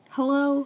Hello